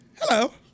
Hello